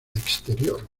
exterior